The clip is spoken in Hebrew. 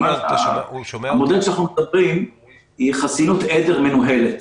המודל שעליו אנחנו מדברים הוא חסינות עדר מנוהלת,